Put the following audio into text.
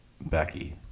Becky